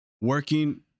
Working